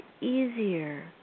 easier